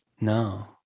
No